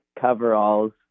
coveralls